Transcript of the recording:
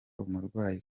umurwayi